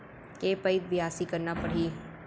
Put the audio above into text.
के पइत बियासी करना परहि?